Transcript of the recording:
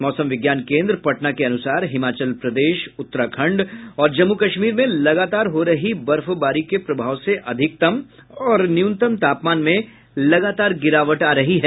मौसम विज्ञान केंद्र पटना के अनुसार हिमाचल प्रदेश उत्तराखण्ड और जम्मू कश्मीर में लगातार हो रही बर्फबारी के प्रभाव से अधिकतम और न्यूनतम तापमान में लगातार गिरावट आ रही है